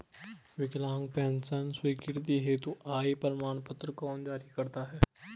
विकलांग पेंशन स्वीकृति हेतु आय प्रमाण पत्र कौन जारी करता है?